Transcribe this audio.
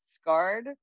scarred